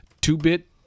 two-bit